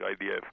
IDF